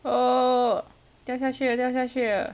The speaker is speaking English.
oh 掉下去了掉下去了